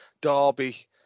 Derby